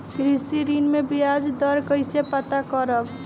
कृषि ऋण में बयाज दर कइसे पता करब?